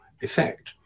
effect